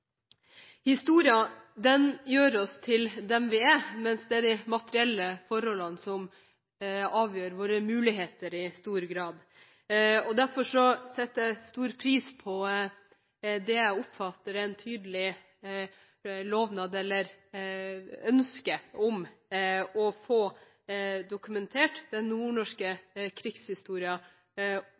gjør oss til dem vi er, mens det er de materielle forholdene som avgjør våre muligheter i stor grad. Derfor setter jeg stor pris på det jeg oppfatter er en tydelig lovnad eller ønske om å få dokumentert den nordnorske